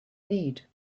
need